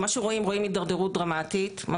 לכן יכול להיות שהכיוון הוא צריך להיות גם וגם,